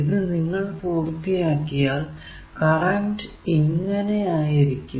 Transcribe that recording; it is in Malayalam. ഇത് നിങ്ങൾ പൂർത്തിയാക്കിയാൽ കറന്റ് ഇങ്ങനെ ആയിരിക്കും